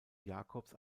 jacobs